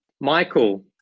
Michael